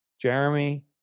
Jeremy